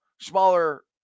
Smaller